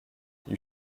you